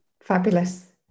fabulous